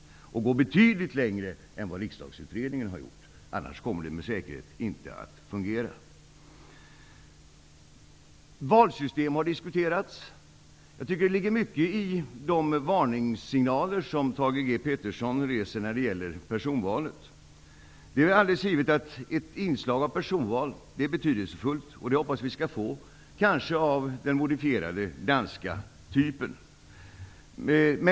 Man måste gå betydligt längre än vad riksdagsutredningen har gjort. I annat fall kommer det med säkerhet inte att fungera. Valsystemet har diskuterats. Jag tycker att det ligger mycket i de varningssignaler som Thage G Peterson kommer med när det gäller personval. Det är givet att det är betydelsefullt med ett inslag av personval. Jag hoppas att vi skall få ett sådant, kanske av den modifierade danska typen.